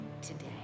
today